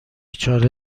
چاره